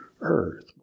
earth